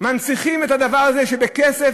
מנציחים את הדבר הזה שבכסף,